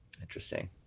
Interesting